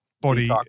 body